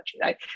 right